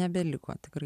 nebeliko tikrų